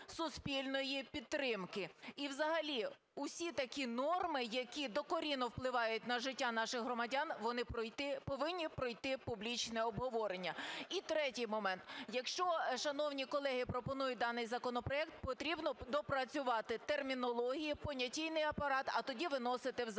І взагалі усі такі норми, які докорінно впливають на життя наших громадян, вони повинні пройти публічне обговорення. І третій момент. Якщо шановні колеги пропонують даний законопроект, потрібно доопрацювати термінологію, понятійний апарат, а тоді виносити в зал.